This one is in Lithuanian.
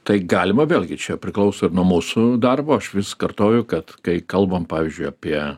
tai galima vėlgi čia priklauso ir nuo mūsų darbo aš vis kartoju kad kai kalbam pavyzdžiui apie